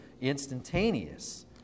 instantaneous